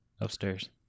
upstairs